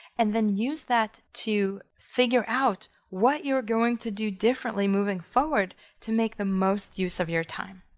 and then use that to figure out what you're going to do differently moving forward to make the most use of your time.